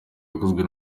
yakozwe